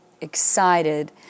excited